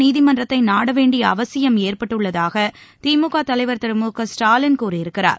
நீதிமன்றத்தை நாட வேண்டிய அவசியம் ஏற்பட்டுள்ளதாக திமுக தலைவர் திரு மு க ஸ்டாலின் கூறியிருக்கிறார்